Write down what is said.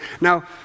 Now